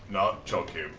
not chuck him,